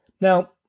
Now